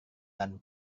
dan